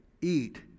eat